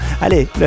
Allez